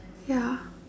ya